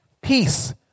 Peace